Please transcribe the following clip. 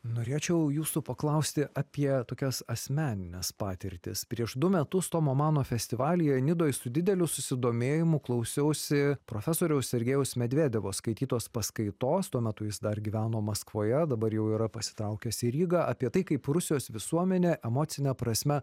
norėčiau jūsų paklausti apie tokias asmenines patirtis prieš du metus tomo mano festivalyje nidoj su dideliu susidomėjimu klausiausi profesoriaus sergejaus medvedevo skaitytos paskaitos tuo metu jis dar gyveno maskvoje dabar jau yra pasitraukęs į rygą apie tai kaip rusijos visuomenė emocine prasme